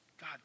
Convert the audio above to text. God